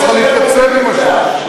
את לא צריכה להתייצב עם השקר הזה.